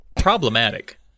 problematic